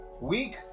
week